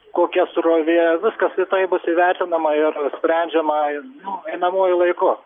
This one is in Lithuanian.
kokia srovė viskas tikrai bus įvertinama ir sprendžiama nu einamuoju laiku